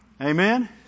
Amen